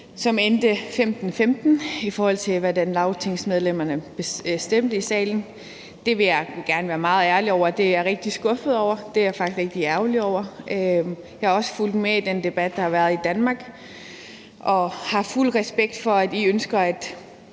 som endte 15-15, i forhold til hvordan lagtingsmedlemmerne stemte i salen, og det vil jeg nu gerne være meget ærlig om og sige at jeg er rigtig skuffet over, og at jeg faktisk også er rigtig ærgerlig over. Jeg har også fulgt med i den debat, der har været i Danmark, og jeg har fuld respekt for, at I ønsker